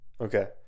Okay